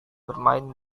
bermain